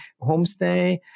homestay